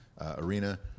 Arena